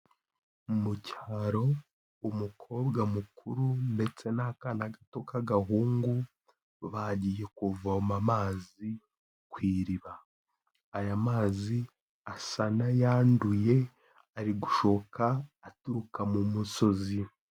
Mu cyaro, umukobwa mukuru ndetse n'akana gato k'agahungu, bagiye kuvoma amazi ku iriba. Aya mazi asa n'ayanduye, ari gushoka aturuka mu musozi.